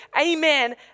Amen